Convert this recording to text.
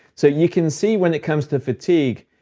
so you can see, when it comes to fatigue,